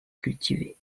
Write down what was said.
cultivé